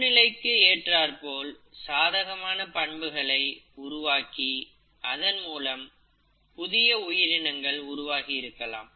சூழ்நிலைக்கு ஏற்றார்போல் சாதகமான பண்புகளை உருவாக்கி அதன்மூலம் புதிய உயிரினங்கள் உருவாகியிருக்கலாம்